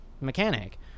mechanic